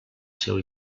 seu